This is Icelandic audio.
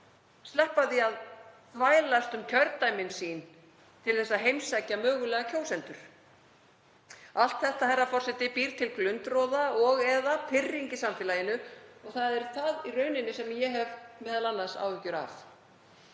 heima, að þvælast um kjördæmi sín til að heimsækja mögulega kjósendur? Allt þetta, herra forseti, býr til glundroða og/eða pirring í samfélaginu og það er það í rauninni sem ég hef m.a. áhyggjur af.